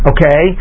Okay